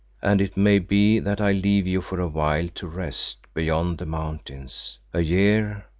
and it may be that i leave you for a while to rest beyond the mountains. a year,